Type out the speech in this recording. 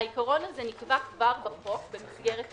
העיקרון הזה נקבע כבר בחוק, במסגרת החוק,